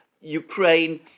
Ukraine